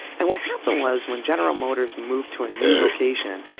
and what happened was, when general motors moved to a new location,